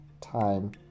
time